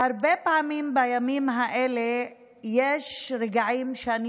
והרבה פעמים בימים האלה יש רגעים שאני